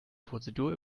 prozedur